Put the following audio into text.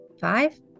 Five